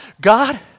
God